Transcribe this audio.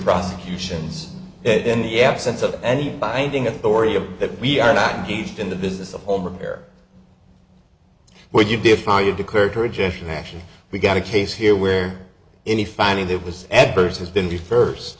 prosecutions and in the absence of any binding authority of that we are not engaged in the business of home repair what you define you declare to rejection actually we've got a case here where any finding that was adverse has been the first